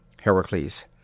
Heracles